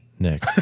Nick